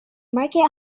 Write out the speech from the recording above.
market